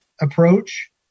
approach